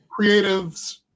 creatives